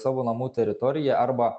savo namų teritoriją arba